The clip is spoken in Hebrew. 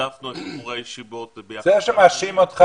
שהעדפנו את בחורי הישיבות --- זה שמאשים אותך